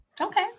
Okay